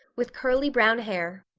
with curly brown hair,